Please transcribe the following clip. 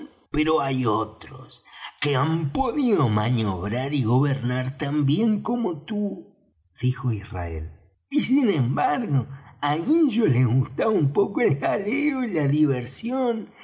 pero hay otros que han podido maniobrar y gobernar tan bien como tú dijo israel y sin embargo á ellos les gustaba un poco el jaleo y la diversión